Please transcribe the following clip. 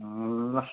अँ ल